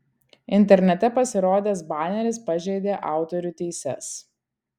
internete pasirodęs baneris pažeidė autorių teises